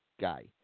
guy